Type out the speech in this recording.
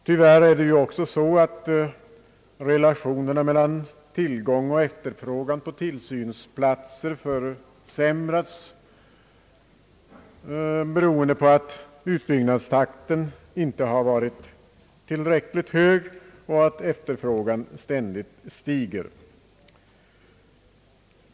Tyvärr försämras relationerna mellan tillgång och efterfrågan på tillsynsplatser, beroende på att utbyggnadstakten inte har varit tillräckligt hög och att efterfrågan ständigt stiger.